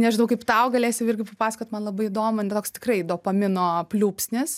nežinau kaip tau galėsi irgi papasakot man labai įdomu toks tikrai dopamino pliūpsnis